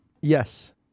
Yes